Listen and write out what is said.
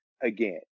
again